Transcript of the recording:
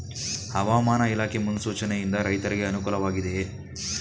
ಹವಾಮಾನ ಇಲಾಖೆ ಮುನ್ಸೂಚನೆ ಯಿಂದ ರೈತರಿಗೆ ಅನುಕೂಲ ವಾಗಿದೆಯೇ?